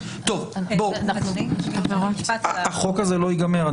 אני אומר לכם, החוק הזה לא ייגמר.